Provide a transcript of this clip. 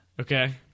Okay